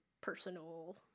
personal